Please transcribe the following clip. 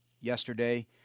yesterday